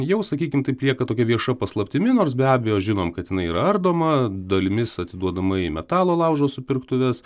jau sakykim taip lieka tokia vieša paslaptimi nors be abejo žinom kad jinai yra ardoma dalimis atiduodama į metalo laužo supirktuves